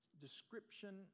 description